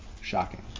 Shocking